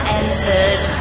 entered